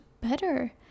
better